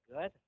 Good